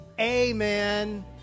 amen